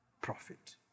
profit